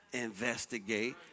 investigate